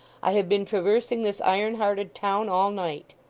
i have been traversing this iron-hearted town all night